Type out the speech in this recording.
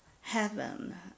heaven